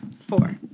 four